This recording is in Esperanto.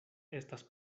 estas